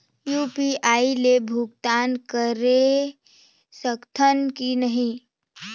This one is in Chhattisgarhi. यू.पी.आई ले भुगतान करे सकथन कि नहीं?